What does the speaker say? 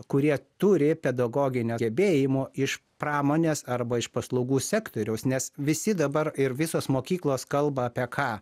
kurie turi pedagoginių gebėjimų iš pramonės arba iš paslaugų sektoriaus nes visi dabar ir visos mokyklos kalba apie ką